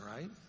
right